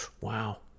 wow